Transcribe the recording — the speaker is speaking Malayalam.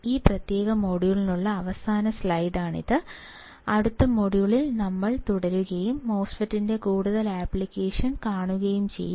ഈ പ്രത്യേക മൊഡ്യൂളിനുള്ള അവസാന സ്ലൈഡ് ഇതാണ് അടുത്ത മൊഡ്യൂളിൽ ഞങ്ങൾ തുടരുകയും മോസ്ഫെറ്റിന്റെ കൂടുതൽ ആപ്ലിക്കേഷൻ കാണുകയും ചെയ്യും